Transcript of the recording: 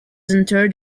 interred